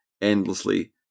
endlessly